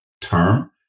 term